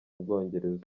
bwongereza